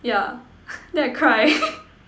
yeah then I cry